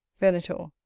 venator.